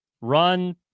run